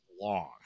long